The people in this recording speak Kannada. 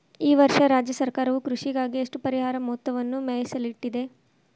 ಈ ವರ್ಷ ರಾಜ್ಯ ಸರ್ಕಾರವು ಕೃಷಿಗಾಗಿ ಎಷ್ಟು ಪರಿಹಾರ ಮೊತ್ತವನ್ನು ಮೇಸಲಿಟ್ಟಿದೆ?